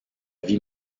vie